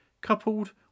coupled